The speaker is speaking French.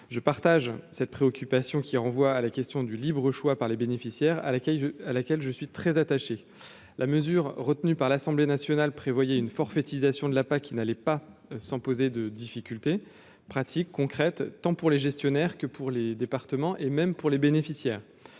je partage cette préoccupation qui renvoie à la question du libre choix par les bénéficiaires à l'accueil, à laquelle je suis très attaché, la mesure retenue par l'Assemblée nationale prévoyait une forfaitisation de la Pac, il n'allait pas sans poser de difficultés pratiques concrètes tant pour les gestionnaires que pour les départements et même pour les bénéficiaires,